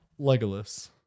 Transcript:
Legolas